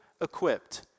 equipped